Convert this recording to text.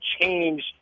change